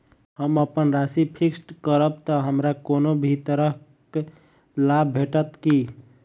हम अप्पन राशि फिक्स्ड करब तऽ हमरा कोनो भी तरहक लाभ भेटत की?